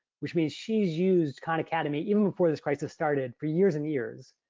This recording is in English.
which means she's used khan academy even before this crisis started, for years and years.